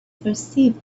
perceived